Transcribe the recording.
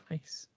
Nice